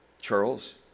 Charles